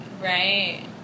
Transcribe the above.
right